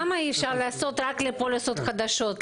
למה אי אפשר לעשות רק לפוליסות חדשות?